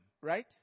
right